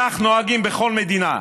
כך נוהגים בכל מדינה.